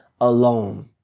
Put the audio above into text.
alone